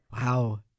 Wow